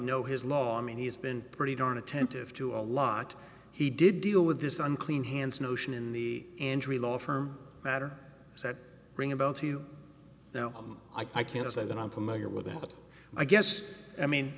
know his law and he's been pretty darn attentive to a lot he did deal with this unclean hands notion in the andrea law firm matter that ring a bell to you now i can't say that i'm familiar with it but i guess i mean